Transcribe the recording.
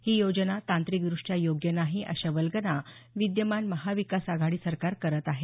ही योजना तांत्रिकदृष्ट्या योग्य नाही अशा वल्गना विद्यमान महाविकास आघाडी सरकार करत आहे